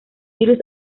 virus